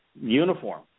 uniform